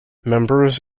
members